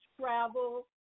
travel